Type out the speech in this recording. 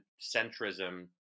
centrism